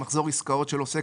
מחזור עסקאות של עוסק,